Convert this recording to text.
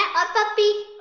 ah puppy.